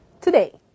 today